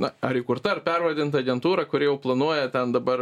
na ar įkurta pervadint agentūrą kuri jau planuoja ten dabar